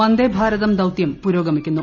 വന്ദേഭാരതം ദൌതൃം പുരോഗമിക്കുന്നു